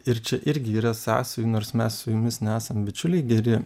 ir čia irgi yra sąsajų nors mes su jumis nesam bičiuliai geri